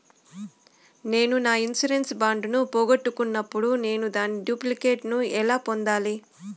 నేను నా insurance bond ను పోగొట్టుకున్నప్పుడు నేను దాని డూప్లికేట్ ను ఎలా పొందాలి?